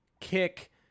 kick